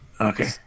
Okay